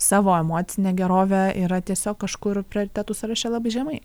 savo emocine gerove yra tiesiog kažkur prioritetų sąraše labai žemai